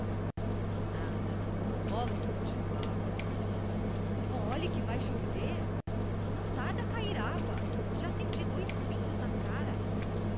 nada o monólogo continuava olhe que vai chover não tarda a cair água já senti dois pingos na cara